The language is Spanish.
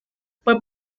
fue